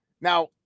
Now